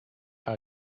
how